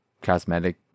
cosmetic